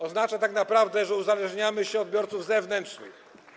Oznacza tak naprawdę to, że uzależniamy się od biorców zewnętrznych.